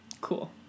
Cool